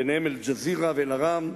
ביניהן "אל-ג'זירה" ו"אל-אהרם",